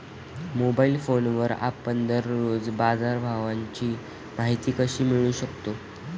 Mobile फोनवर आपण दररोज बाजारभावाची माहिती कशी मिळवू शकतो?